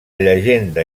llegenda